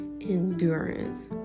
endurance